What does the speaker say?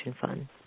Fund